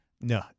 No